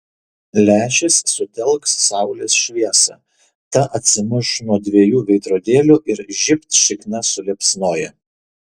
lęšis sutelks saulės šviesą ta atsimuš nuo dviejų veidrodėlių ir žibt šikna suliepsnoja